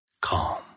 calm